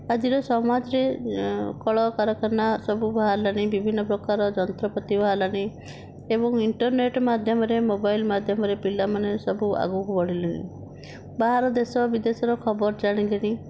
ଆଜିର ସମାଜରେ କଳକାରଖାନା ସବୁ ବାହାରିଲାଣି ବିଭିନ୍ନ ପ୍ରକାର ଯନ୍ତ୍ରପାତି ବାହାରିଲାଣି ଏବଂ ଇଣ୍ଟରନେଟ ମାଧ୍ୟମରେ ମୋବାଇଲ ମାଧ୍ୟମରେ ପିଲାମାନେ ସବୁ ଆଗକୁ ବଢ଼ିଲେଣି ବାହାର ଦେଶ ବିଦେଶରେ ଖବର ଜାଣିକିରି